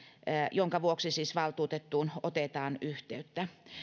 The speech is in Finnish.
jonka vuoksi valtuutettuun otetaan yhteyttä